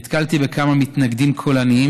נתקלתי בכמה מתנגדים קולניים,